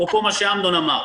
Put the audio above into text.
אפרופו מה שאמנון שעשוע אמר.